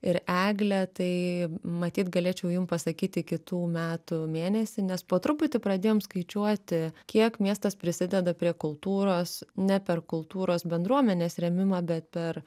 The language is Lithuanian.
ir eglę tai matyt galėčiau jums pasakyti kitų metų mėnesį nes po truputį pradėjom skaičiuoti kiek miestas prisideda prie kultūros ne per kultūros bendruomenės rėmimą bet per